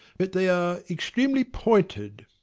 but they are extremely pointed.